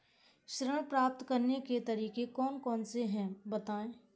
ऋण प्राप्त करने के तरीके कौन कौन से हैं बताएँ?